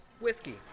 whiskey